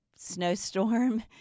snowstorm